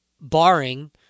barring